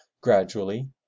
gradually